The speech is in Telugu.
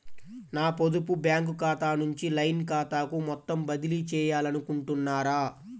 నా పొదుపు బ్యాంకు ఖాతా నుంచి లైన్ ఖాతాకు మొత్తం బదిలీ చేయాలనుకుంటున్నారా?